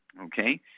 Okay